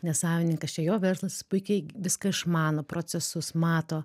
nes savininkas čia jo verslas jis puikiai viską išmano procesus mato